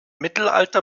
mittelalter